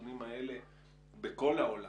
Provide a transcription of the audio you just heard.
שהחיסונים האלה בכל העולם